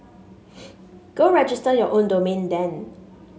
go register your own domain then